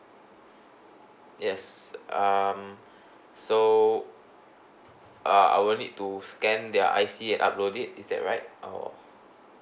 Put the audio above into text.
yes um so uh I will need to scan their I_C and upload it is that right or